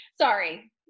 sorry